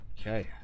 Okay